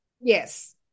Yes